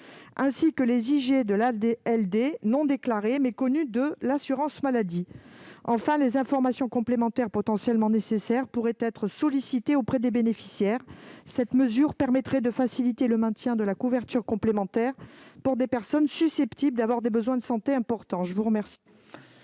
affection de longue durée non déclarées, mais connues de l'assurance maladie. Enfin, les informations complémentaires potentiellement nécessaires pourraient être sollicitées auprès des bénéficiaires. Cette mesure permettrait de faciliter le maintien de la couverture complémentaire pour des personnes susceptibles d'avoir des besoins de santé importants.